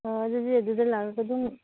ꯑꯣ ꯑꯗꯨꯗꯤ ꯑꯗꯨꯗ ꯂꯥꯛꯂꯒ ꯑꯗꯨꯝ